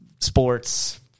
sports